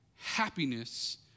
Happiness